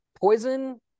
poison